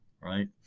right